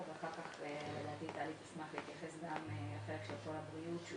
ואחר כך אני אשמח גם לחלק של הבריאות שהוא